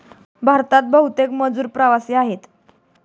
भारतातील बहुतेक मजूर प्रवासी आहेत